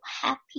happy